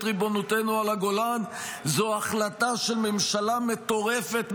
ריבונותנו על הגולן: "זו החלטה של ממשלה מטורפת,